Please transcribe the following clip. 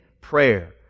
prayer